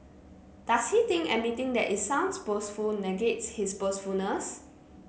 does he think admitting that it sounds boastful negates his boastfulness